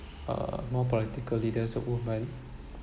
uh more political leaders were women